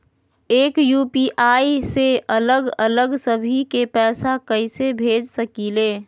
एक यू.पी.आई से अलग अलग सभी के पैसा कईसे भेज सकीले?